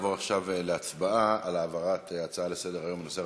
נעבור עכשיו להצבעה על העברת ההצעה לסדר-היום בנושא: